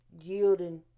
yielding